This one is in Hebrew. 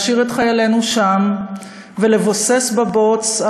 להשאיר את חיילינו שם ולבוסס בבוץ,